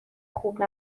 خوب